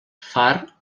far